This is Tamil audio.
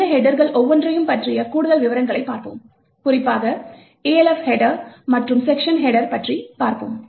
இந்த ஹெட்டர்கள் ஒவ்வொன்றையும் பற்றிய கூடுதல் விவரங்களைப் பார்ப்போம் குறிப்பாக Elf ஹெட்டர் மற்றும் செக்க்ஷன் ஹெட்டர் பற்றி பார்ப்போம்